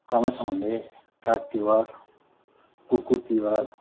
क्रमैसँगले Kag Tihar Kukur Tihar